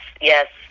yes